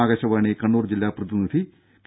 ആകാശവാണി കണ്ണൂർ ജില്ലാ പ്രതിനിധി കെ